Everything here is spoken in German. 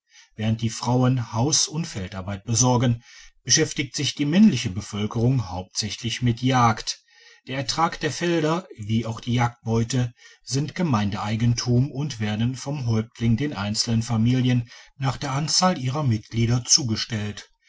während die frauen hausund feldarbeit besorgen beschäftigt sich die männliche bevölkerung hauptsächlich mit jagd der ertrag der felder wie auch die jagdbeute sind gemeindeeigentum und werden vom häuptling den einzelnen familien nach der anzahl ihrer mitglieder zugestellt